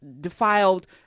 defiled